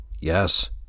Yes